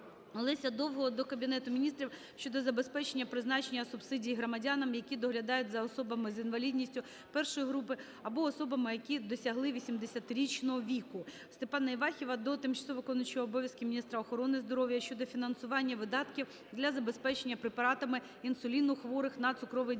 Олеся Довгого до Кабінету Міністрів щодо забезпечення призначення субсидій громадянам, які доглядають за особами з інвалідністю І групи або особами, які досягли 80-річного віку. Степана Івахіва до тимчасово виконуючої обов'язки міністра охорони здоров'я щодо фінансування видатків для забезпечення препаратами інсуліну хворих на цукровий діабет.